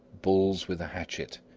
bulls with a hatchet,